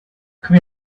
come